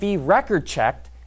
record-checked